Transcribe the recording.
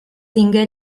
tingué